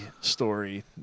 story